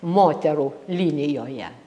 moterų linijoje